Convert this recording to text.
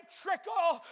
trickle